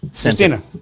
Christina